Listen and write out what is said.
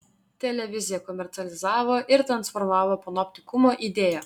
televizija komercializavo ir transformavo panoptikumo idėją